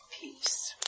peace